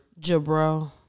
Jabro